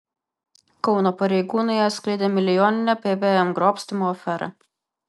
kauno pareigūnai atskleidė milijoninę pvm grobstymo aferą